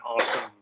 awesome